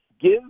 give